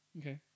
Okay